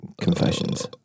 confessions